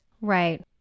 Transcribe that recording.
Right